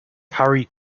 harry